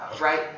right